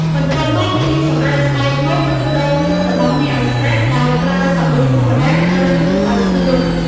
បន្ទាប់មកលាងសម្អាតស្បែកមុខ ឬដងខ្លួនរបស់អ្នកឱ្យស្អាត ដោយប្រើសាប៊ូធម្មតា ហើយជូតឱ្យស្ងួត។